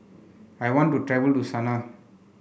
I want to travel to Sanaa